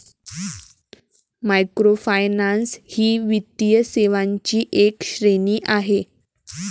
microfinance ही वित्तीय सेवांची एक श्रेणी आहे